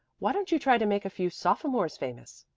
why don't you try to make a few sophomores famous?